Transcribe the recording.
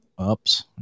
Oops